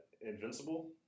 Invincible